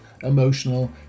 emotional